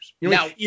Now